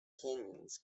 canyons